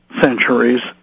centuries